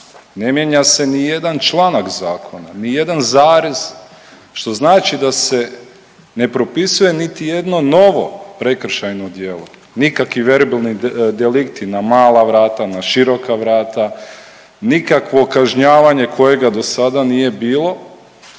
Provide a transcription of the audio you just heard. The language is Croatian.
Ne mijenja se ni jedan članak zakona, ni jedan zarez što znači da se ne propisuje niti jedno novo prekršajno djelo. Nikakvi verbalni delikti na mala vrata, na široka vrata. Nikakvo kažnjavanje kojega dosada nije bilo